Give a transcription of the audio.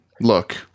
look